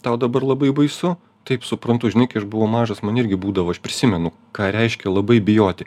tau dabar labai baisu taip suprantu žinai kai aš buvau mažas man irgi būdavo aš prisimenu ką reiškia labai bijoti